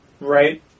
Right